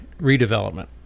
redevelopment